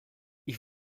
ich